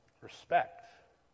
respect